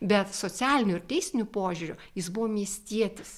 bet socialiniu ir teisiniu požiūriu jis buvo miestietis